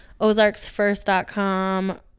ozarksfirst.com